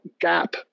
gap